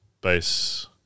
base